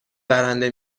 برنده